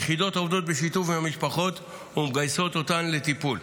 היחידות עובדות בשיתוף עם המשפחות ומגייסות אותן לטיפול.